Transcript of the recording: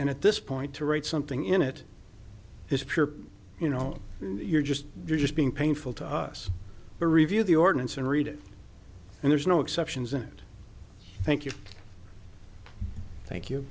and at this point to write something in it is pure you know you're just you're just being painful to us to review the ordinance and read it and there's no exceptions and thank you thank you